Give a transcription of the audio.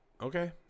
Okay